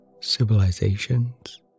civilizations